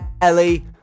Ellie